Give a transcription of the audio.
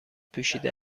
پوشیده